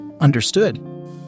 Understood